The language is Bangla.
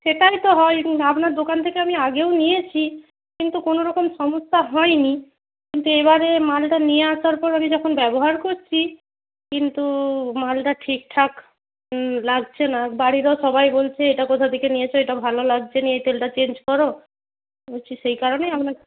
সেটাই তো হয় আপনার দোকান থেকে আমি আগেও নিয়েছি কিন্তু কোনো রকম সমস্যা হয়নি কিন্তু এবারে মালটা নিয়ে আসার পর আমি যখন ব্যবহার করছি কিন্তু মালটা ঠিকঠাক লাগছে না বাড়িরও সবাই বলছে এটা কোথা থেকে নিয়েছ এটা ভালো লাগছে না এই তেলটা চেঞ্জ করো বলছি সেই কারণেই আপনাকে